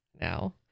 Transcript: now